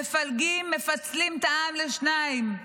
מפלגים, מפצלים את העם לשניים: